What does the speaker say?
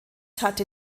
hatte